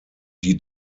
die